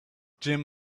jim